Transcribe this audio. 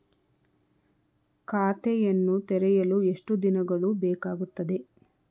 ಖಾತೆಯನ್ನು ತೆರೆಯಲು ಎಷ್ಟು ದಿನಗಳು ಬೇಕಾಗುತ್ತದೆ?